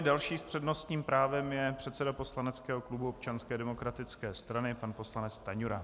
Další s přednostním právem je předseda poslaneckého klubu Občanské demokratické strany pan poslanec Stanjura.